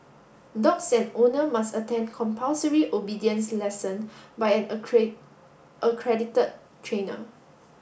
dogs and owner must attend compulsory obedience lesson by an accredited trainer